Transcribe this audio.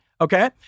okay